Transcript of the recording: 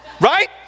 Right